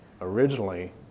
originally